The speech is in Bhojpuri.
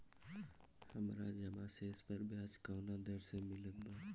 हमार जमा शेष पर ब्याज कवना दर से मिल ता?